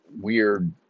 weird